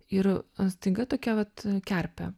ir staiga tokia vat kerpė